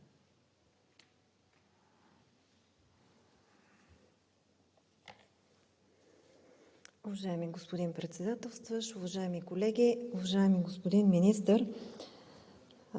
Уважаеми господин Председателстващ, уважаеми колеги, уважаеми господин Министър!